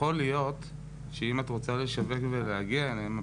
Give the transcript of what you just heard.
יכול להיות שאם את רוצה לשווק ולהגיע אליהם,